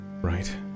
Right